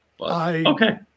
okay